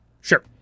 Sure